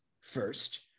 first